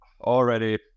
already